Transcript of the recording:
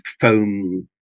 foam